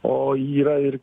o yra ir